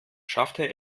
schaffte